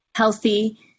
Healthy